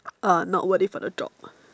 uh not worth it for the job